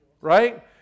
Right